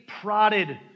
prodded